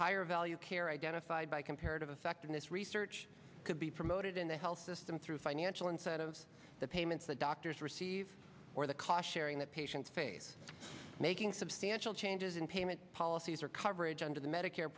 higher value care identified by comparative effectiveness research could be promoted in the health system through financial incentives the payments that doctors receive or the ca sharing that patients face making substantial changes in payment policies or coverage under the medicare